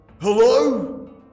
Hello